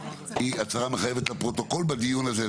היא הצהרה מחייבת לפרוטוקול בדיון הזה.